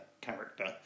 character